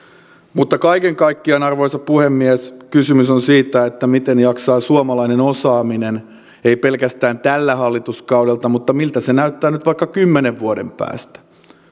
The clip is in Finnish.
mutta kaiken kaikkiaan arvoisa puhemies kysymys on siitä miten jaksaa suomalainen osaaminen ei pelkästään tällä hallituskaudella mutta miltä se näyttää vaikka kymmenen vuoden päästä